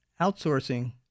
outsourcing